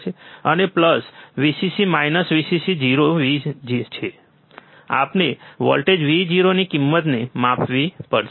અને plus Vcc minus Vcc Vo આપણે voltage Vo ની કિંમતને માપવી પડશે